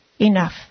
enough